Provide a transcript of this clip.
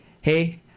hey